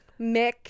mick